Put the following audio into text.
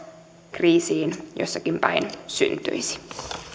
kriisissä jossakin päin syntyisi